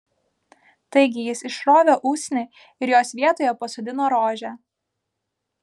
taigi jis išrovė usnį ir jos vietoje pasodino rožę